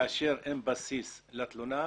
כאשר אין בסיס לתלונה,